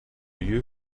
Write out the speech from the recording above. you